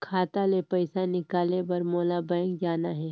खाता ले पइसा निकाले बर मोला बैंक जाना हे?